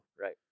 Right